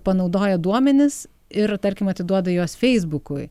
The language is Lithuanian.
panaudoja duomenis ir tarkim atiduoda juos feisbukui